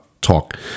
talk